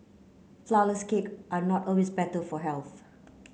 flourless cake are not always better for health